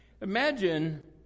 Imagine